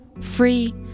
free